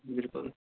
بالکل